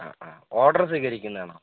ആ ആ ഓർഡറ് സ്വീകരിക്കുന്നത് ആണോ